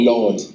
Lord